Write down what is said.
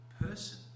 person